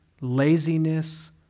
laziness